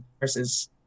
versus